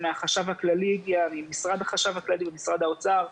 זה הגיע ממשרד החשב הכללי במשרד האוצר.